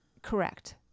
Correct